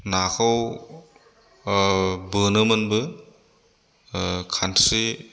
नाखौ बोनोमोनबो खानस्रि